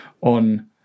on